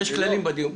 יש כללים בדיון.